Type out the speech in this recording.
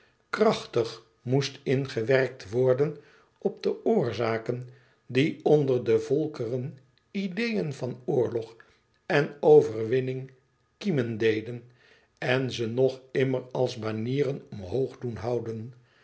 krachtig moest ingewerkt worden op de oorzaken die onder de volkeren ideeën van oorlog en overwinning kiemen deden e ids aargang en ze nog immer als banieren omhoog doen houden